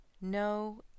No